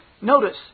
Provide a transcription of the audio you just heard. Notice